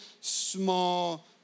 small